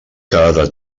cada